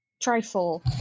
Trifle